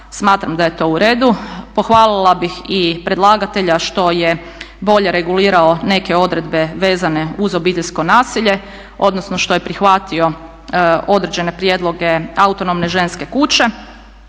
smatram da je to u redu. Pohvalila bih i predlagatelja što je bolje regulirao neke odredbe vezane uz obiteljsko nasilje, odnosno što je prihvatio odrežene prijedloge Autonomne ženske kuće.